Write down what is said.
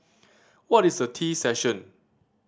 what is a tea session